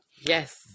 Yes